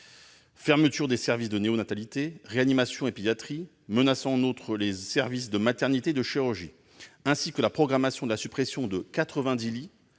fermeture des services de néonatalité, réanimation et pédiatrie, menaçant en outre les services de maternité et de chirurgie, programmation de la suppression de 90 lits